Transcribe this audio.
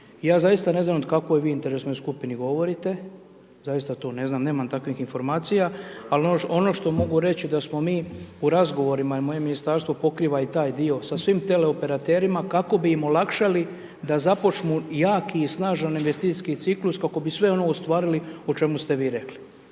ja zaista ne znam o kakvoj vi interesnoj skupini govorite, zaista to ne znam, nemam takvih informacija, ali ono što mogu reći da smo mi u razgovorima i moje ministarstvo pokriva i taj dio sa svim teleoperaterima kako bi im olakšali da započnu jaki i snažan investicijski ciklus, kako bi sve ono ostvarili o čemu ste vi rekli.